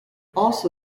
also